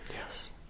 Yes